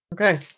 Okay